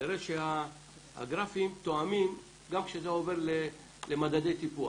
נראה שהגרפים תואמים גם כשזה עובר למדדי טיפוח.